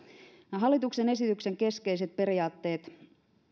hallituksen esityksen keskeiset periaatteet